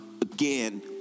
again